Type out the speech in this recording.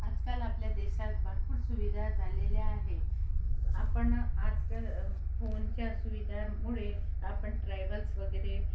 आजकाल आपल्या देशात भरपूर सुविधा झालेल्या आहेत आपण आजकाल फोनच्या सुविधांमुळे आपण ट्रायव्हल्स वगैरे